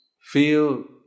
feel